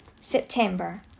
September